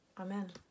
Amen